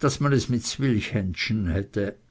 daß man es mit zwilchhändschen